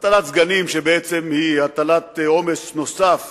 הטלת סגנים שהיא בעצם הטלת עומס נוסף